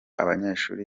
abanyeshuli